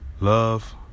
love